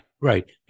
Right